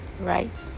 right